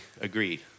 agreed